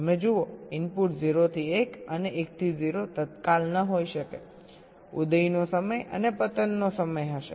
તમે જુઓ ઇનપુટ 0 થી 1 અને 1 થી 0 તત્કાલ ન હોઈ શકેઉદયનો સમય અને પતનનો સમય હશે